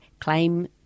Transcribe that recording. claim